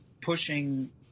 pushing